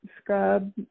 scrub